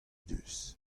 deus